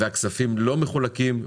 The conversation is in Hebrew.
והכספים לא מחולקים,